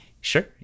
Sure